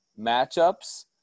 matchups